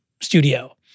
studio